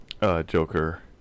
Joker